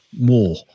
more